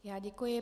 Já děkuji.